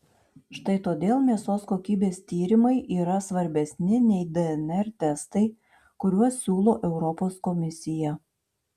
štai todėl mėsos kokybės tyrimai yra svarbesni nei dnr testai kuriuos siūlo europos komisija